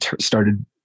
started